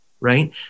right